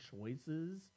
choices